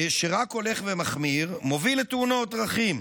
שרק הולך ומחמיר, מוביל לתאונות דרכים.